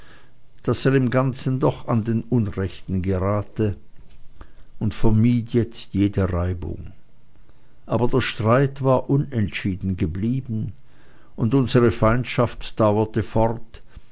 daß er im ganzen doch an den unrechten gerate und vermied jetzt jede reibung aber der streit war unentschieden geblieben und unsere feindschaft dauerte fort